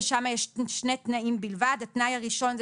ושם יש שני תנאים בלבד: התנאי הראשון,